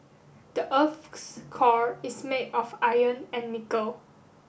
the earth's core is made of iron and nickel